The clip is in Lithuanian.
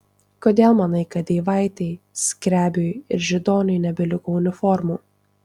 kodėl manai kad eivaitei skrebiui ir židoniui nebeliko uniformų